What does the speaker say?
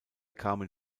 kamen